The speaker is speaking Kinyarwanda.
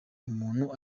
umuntu